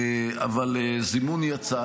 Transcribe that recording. אבל זימון יצא.